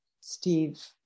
Steve